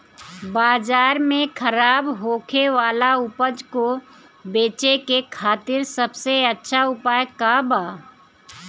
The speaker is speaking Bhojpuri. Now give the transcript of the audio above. बाजार में खराब होखे वाला उपज को बेचे के खातिर सबसे अच्छा उपाय का बा?